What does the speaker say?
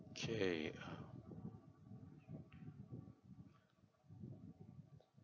okay um